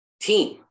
team